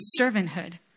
servanthood